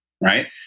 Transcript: right